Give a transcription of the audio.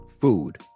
food